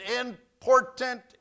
important